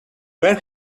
where